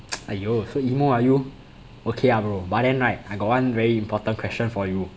!aiyo! so emo ah you okay ah bro but then right I got one very important question for you